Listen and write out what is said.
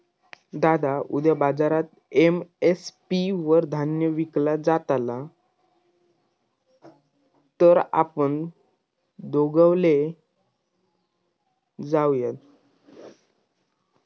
दादा उद्या बाजारात एम.एस.पी वर धान्य विकला जातला तर आपण दोघवले जाऊयात